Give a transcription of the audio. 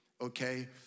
okay